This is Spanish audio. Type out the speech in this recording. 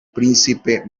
príncipe